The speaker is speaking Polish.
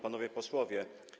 Panowie Posłowie!